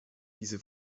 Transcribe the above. diese